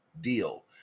deal